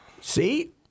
See